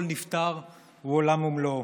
כל נפטר הוא עולם ומלואו,